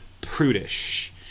prudish